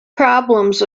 problems